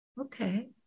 Okay